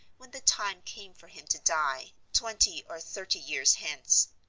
when the time came for him to die, twenty or thirty years hence,